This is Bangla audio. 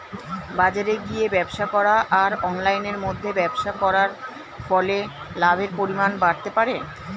বাজারে গিয়ে ব্যবসা করা আর অনলাইনের মধ্যে ব্যবসা করার ফলে লাভের পরিমাণ বাড়তে পারে?